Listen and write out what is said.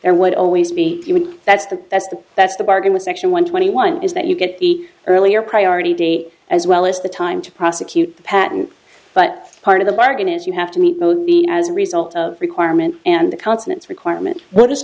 there would always be human that's the that's the that's the bargain with section one twenty one is that you get the earlier priority date as well as the time to prosecute the patent but part of the bargain is you have to meet mode b as a result of requirement and the consonance requirement